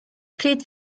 pryd